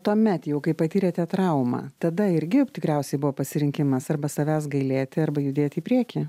tuomet jau kai patyrėte traumą tada irgi tikriausiai buvo pasirinkimas arba savęs gailėti arba judėti į priekį